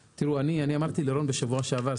אמרתי לרון בשבוע שעבר,